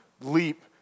leap